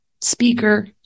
speaker